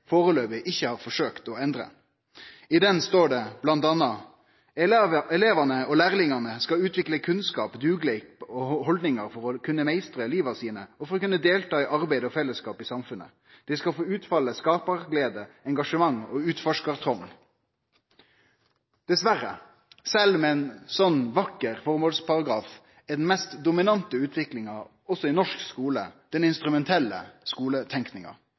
foreløpig ikkje har forsøkt å endre. I den står det bl.a.: «Elevane og lærlingane skal utvikle kunnskap, dugleik og holdningar for å kunne meistre liva sine og for å kunne delta i arbeid og fellesskap i samfunnet. Dei skal få utfalde skaparglede, engasjement og utforskartrong.» Dessverre, sjølv med ein slik vakker formålsparagraf, er den mest dominante utviklinga også i norsk skole den instrumentelle